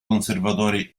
conservatori